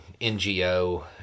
NGO